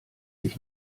dich